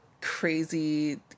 crazy